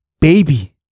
Baby